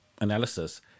analysis